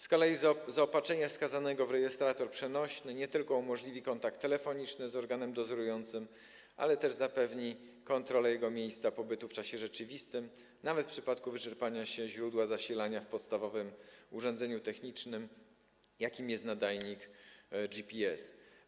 Z kolei zaopatrzenie skazanego w rejestrator przenośny nie tylko umożliwi kontakt telefoniczny z organem dozorującym, ale też zapewni kontrolę miejsca jego pobytu w czasie rzeczywistym, nawet w przypadku wyczerpania się źródła zasilania w podstawowym urządzeniu technicznym, jakim jest nadajnik GPS.